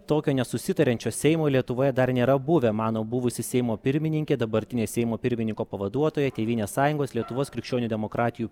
tokio nesusitariančio seimo lietuvoje dar nėra buvę mano buvusi seimo pirmininkė dabartinės seimo pirmininko pavaduotoja tėvynės sąjungos lietuvos krikščionių demokratijų